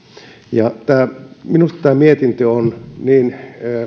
ja minusta tämä mietintö on niin